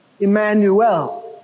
Emmanuel